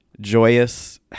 joyous